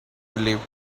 relieved